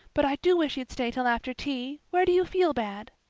but i do wish you'd stay till after tea. where do you feel bad?